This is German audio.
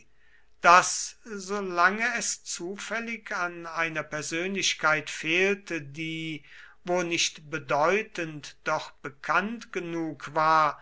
daß solange es zufällig an einer persönlichkeit fehlte die wo nicht bedeutend doch bekannt genug war